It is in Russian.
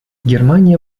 германия